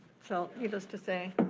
so needless to say,